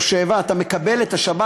18:00 או 19:00. אתה מקבל את השבת,